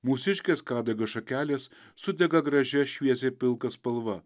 mūsiškės kadagio šakelės sudega gražia šviesiai pilka spalva